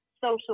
social